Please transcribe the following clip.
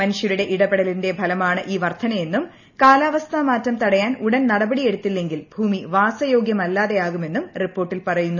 മനുഷ്യരുടെ ഇടപെടലിന്റെ ഫലമാണ് ഈ വർധനയെന്നും കാലാവസ്ഥാ മാറ്റം തടയാൻ ഉടൻ നടപടിയെടുത്തില്ലെങ്കിൽ ഭൂമി വാസയോഗൃമല്ലാതാകുമെന്നും റിപ്പോർട്ടിൽ പറയുന്നു